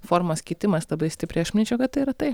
formos kitimas labai stipriai aš manyčiau kad tai yra tai